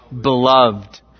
beloved